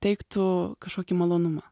teiktų kažkokį malonumą